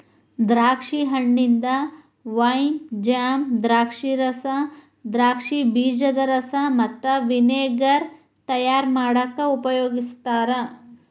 ದ್ರಾಕ್ಷಿ ಹಣ್ಣಿಂದ wine, jam, ದ್ರಾಕ್ಷಿರಸ, ದ್ರಾಕ್ಷಿ ಬೇಜದ ರಸ ಮತ್ತ ವಿನೆಗರ್ ತಯಾರ್ ಮಾಡಾಕ ಉಪಯೋಗಸ್ತಾರ